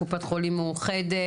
קופת חולים מאוחדת.